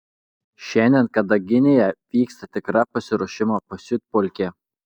šiandien kadaginėje vyksta tikra pasiruošimo pasiutpolkė